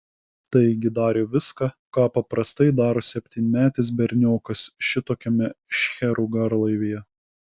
taigi darė viską ką paprastai daro septynmetis berniokas šitokiame šcherų garlaivyje